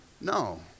no